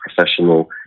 professional